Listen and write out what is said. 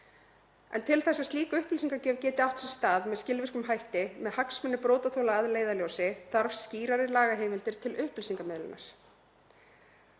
Til þess að slík upplýsingagjöf geti átt sér stað með skilvirkum hætti með hagsmuni brotaþola að leiðarljósi þarf skýrari lagaheimildir til upplýsingamiðlunar.